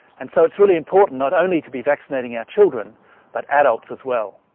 and so, it's really important not only to be vaccinating our children but adults as well.